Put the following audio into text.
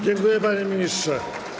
Dziękuję, panie ministrze.